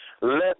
Let